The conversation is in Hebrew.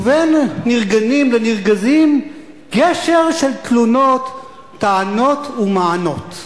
ובין נרגנים לנרגזים גשר של תלונות, טענות ומענות.